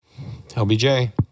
lbj